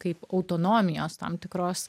kaip autonomijos tam tikros